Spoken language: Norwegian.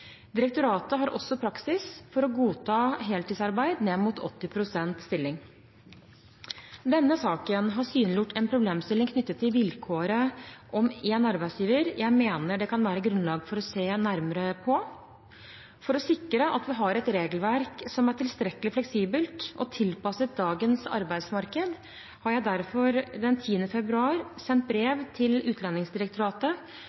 Direktoratet har også praksis for å godta heltidsarbeid ned mot 80 pst. stilling. Denne saken har synliggjort en problemstilling knyttet til vilkåret om én arbeidsgiver jeg mener det kan være grunnlag for å se nærmere på. For å sikre at vi har et regelverk som er tilstrekkelig fleksibelt og tilpasset dagens arbeidsmarked, har jeg derfor den 10. februar sendt